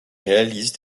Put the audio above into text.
réalise